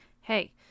Hey